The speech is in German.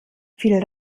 viel